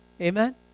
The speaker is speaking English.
amen